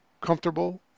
comfortable